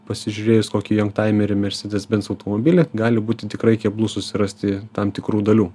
pasižiūrėjus kokį jongtaimerį mercedes benz automobilį gali būti tikrai keblu susirasti tam tikrų dalių